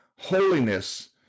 holiness